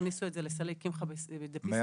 ויכניסו את זה לסלי קמחא דפסחא.